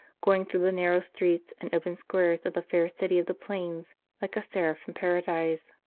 going through the narrow streets and open squares of the fair city of the plains like a seraph from paradise.